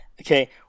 Okay